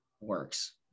works